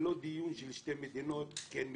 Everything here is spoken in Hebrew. ולא דיון של שתי מדינות, כן מדינה.